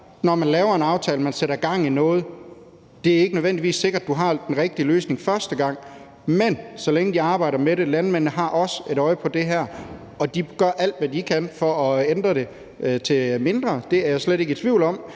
når man laver en aftale og sætter gang i noget, er det ikke nødvendigvis sikkert, at man har den rigtige løsning første gang, men så længe landmændene arbejder med det, har de også et øje på det her, og de gør alt, hvad de kan for at ændre det til mindre dødelighed. Jeg er slet ikke i tvivl om,